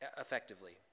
effectively